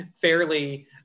fairly